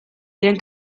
diren